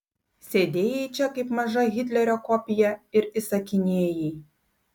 sėdėjai čia kaip maža hitlerio kopija ir įsakinėjai